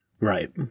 Right